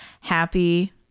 Happy